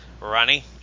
Ronnie